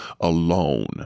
alone